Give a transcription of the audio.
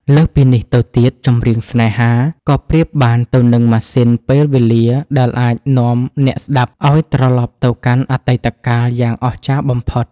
លើសពីនេះទៅទៀត ចម្រៀងស្នេហា ក៏ប្រៀបបានទៅនឹងម៉ាស៊ីនពេលវេលាដែលអាចនាំអ្នកស្ដាប់ឱ្យត្រឡប់ទៅកាន់អតីតកាលយ៉ាងអស្ចារ្យបំផុត។